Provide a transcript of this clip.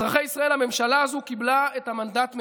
אזרחי ישראל, הממשלה הזו קיבלה את המנדט מהעם,